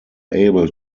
able